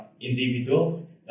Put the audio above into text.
individuals